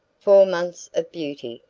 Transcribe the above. four months of beauty,